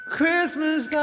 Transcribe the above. Christmas